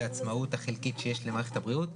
העצמאות החלקית שיש למערכת הבריאות.